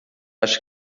acha